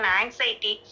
anxiety